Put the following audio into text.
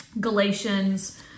Galatians